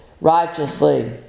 righteously